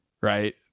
right